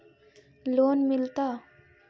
Loan मिलता?